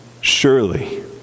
Surely